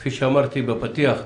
כפי שאמרתי בפתיח,